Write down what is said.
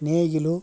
ನೇಗಿಲು